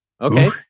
Okay